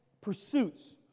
pursuits